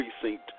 precinct